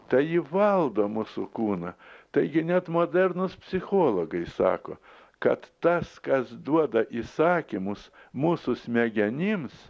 tai ji valdo mūsų kūną taigi net modernūs psichologai sako kad tas kas duoda įsakymus mūsų smegenims